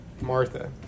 Martha